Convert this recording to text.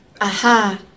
Aha